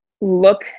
look